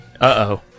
Uh-oh